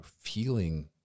feeling